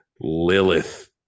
Lilith